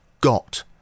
got